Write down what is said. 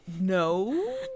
No